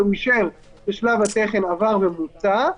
והוא אישר ששלב התכן עבר ומוצה,